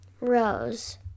Rose